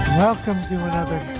welcome to another